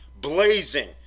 blazing